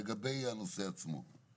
לגבי הנושא עצמו: